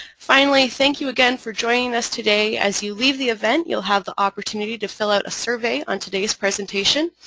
finally, thank you again for joining us today. as you leave the event you'll have the opportunity to fill out a survey on today's presentation.